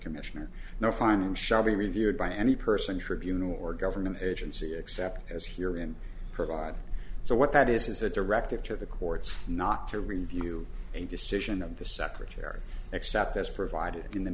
commissioner no final shall be reviewed by any person tribunal or government agency except as here in provide so what that is is a directive to the courts not to review a decision of the secretary except as provided in the